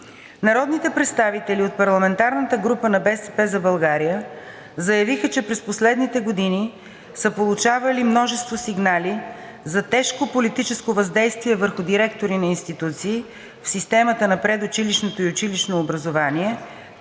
Народните представители от парламентарната група на „БСП за България“ заявиха, че през последните години са получавали много сигнали за тежко политическо въздействие върху директори на институции в системата на предучилищното и училищното образование,